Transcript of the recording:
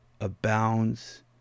abounds